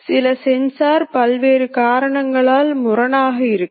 ஒன்று அதிகரிக்கும் அமைப்பு அல்லது முழுமையான அமைப்பு